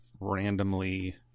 randomly